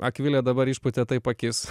akvilė dabar išpūtė taip akis